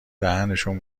دهنشون